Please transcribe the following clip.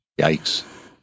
Yikes